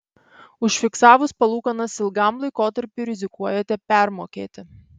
užfiksavus palūkanas ilgam laikotarpiui rizikuojate permokėti